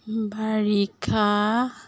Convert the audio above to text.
বাৰিষা